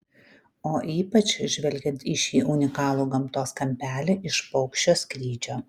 o ypač žvelgiant į šį unikalų gamtos kampelį iš paukščio skrydžio